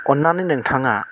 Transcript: अन्नानै नोंथाङा